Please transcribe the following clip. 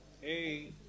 Hey